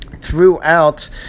throughout